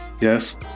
yes